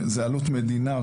זו עלות מדינה.